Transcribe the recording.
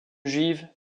juive